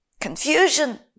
Confusion